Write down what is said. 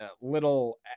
little